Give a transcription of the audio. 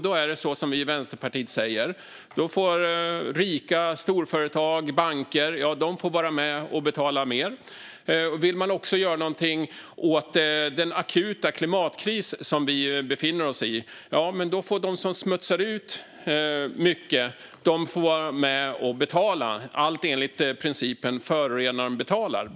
Då är det som vi i Vänsterpartiet säger, att rika storföretag och banker får vara med och betala mer. Vill man också göra någonting åt den akuta klimatkris som vi befinner oss i får de som smutsar ned mycket vara med och betala - allt enligt principen att förorenaren betalar.